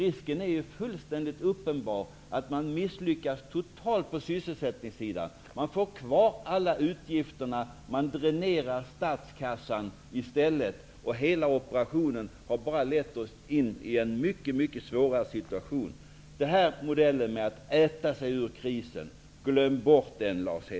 Det är en fullständigt uppenbar risk för att man misslyckas totalt på sysselsättningssidan. Alla utgifterna finns kvar, och statskassan dräneras i stället. Hela operationen har bara lett oss in i en mycket svårare situation. Glöm bort modellen med att man kan äta sig ur krisen, Lars Hedfors!